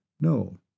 No